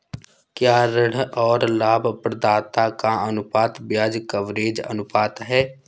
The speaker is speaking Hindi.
क्या ऋण और लाभप्रदाता का अनुपात ब्याज कवरेज अनुपात है?